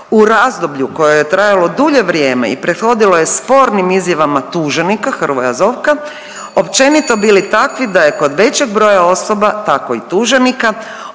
u razdoblju koje je trajalo dulje vrijeme i prethodilo je spornim izjavama tuženika Hrvoja Zovka općenito bili takvi da je kod većeg broja osoba tako i tuženika,